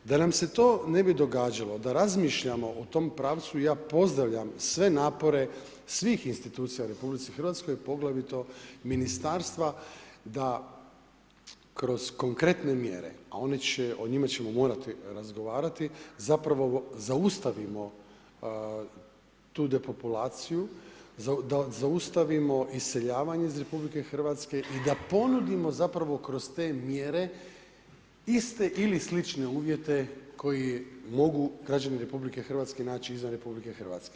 Da nam se to ne bi događalo, da razmišljamo o tom pravcu, ja pozdravljam sve napore svih institucija u RH, poglavito ministarstva da kroz konkretne mjere a o njima ćemo morati razgovarati, zapravo zaustavimo tu depopulaciju, da zaustavimo iseljavanje iz RH i da ponudimo zapravo kroz mjere iste ili slične uvjete koji mogu građani RH naći izvan RH.